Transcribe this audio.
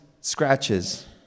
scratches